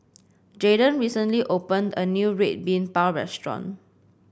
Jayden recently opened a new Red Bean Bao restaurant